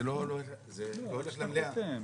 זה לא הולך למליאה.